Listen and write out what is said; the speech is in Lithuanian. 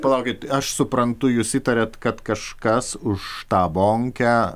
palaukit aš suprantu jūs įtariat kad kažkas už tą bonkę